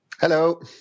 Hello